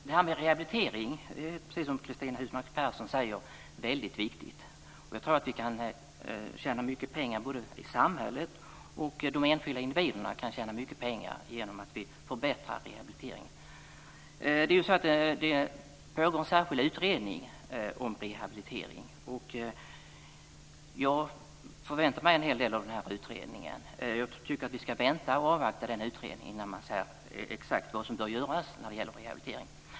Fru talman! Rehabilitering är, precis som Cristina Husmark Pehrsson säger, mycket viktig. Jag tror att vi kan tjäna mycket pengar i samhället och de enskilda individerna kan tjäna mycket pengar genom att vi förbättrar rehabiliteringen. Det pågår ju en särskild utredning om rehabilitering. Jag förväntar mig en hel del av den utredningen. Jag tycker att vi ska vänta och avvakta den utredningen innan vi säger exakt vad som bör göras när det gäller rehabilitering.